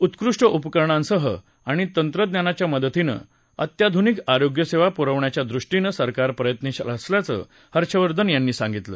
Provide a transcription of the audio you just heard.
उत्कृष्ट उपकरणांसह आणि तंत्रज्ञानाच्या मदतीनं अत्याधुनिक आरोग्यसेवा पुरवण्याच्या दृष्टीनं सरकार प्रयत्नशील असल्याचं हर्षवर्धन यांनी सांगितलं